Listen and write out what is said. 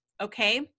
okay